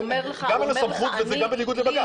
זה אין לו סמכות וגם זה בניגוד לחווק.